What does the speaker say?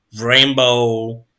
rainbow